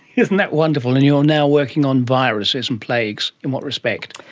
isn't that wonderful. and you are now working on viruses and plagues. in what respect?